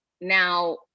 Now